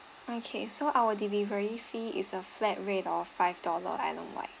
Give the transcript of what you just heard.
okay so our delivery fee is a flat rate of five dollar island wide